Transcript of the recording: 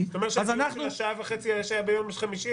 --- אתה אומר שהדיון של השעה וחצי שהיה ביום חמישי,